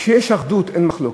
כשיש אחדות, אין מחלוקת.